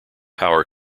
power